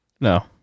No